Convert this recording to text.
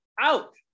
Out